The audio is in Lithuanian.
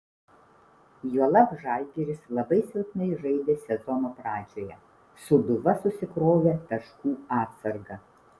juolab žalgiris labai silpnai žaidė sezono pradžioje sūduva susikrovė taškų atsargą